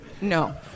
No